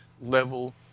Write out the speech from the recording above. level